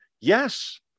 yes